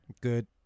Good